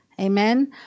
Amen